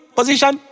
Position